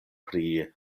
pri